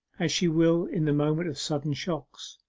as she will in the moment of sudden shocks.